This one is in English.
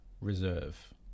Reserve